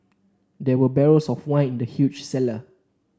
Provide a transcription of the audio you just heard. there were barrels of wine in the huge cellar